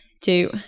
two